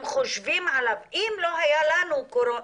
חושבים עליו אם לא היה לנו קורונה?